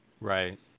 right